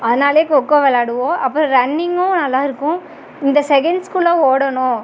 அதனால் கொக்கோ விளையாடுவோம் அப்புறம் ரன்னிங்கும் நல்லா இருக்கும் இந்த செகன்ஸ்குள்ள ஓடணும்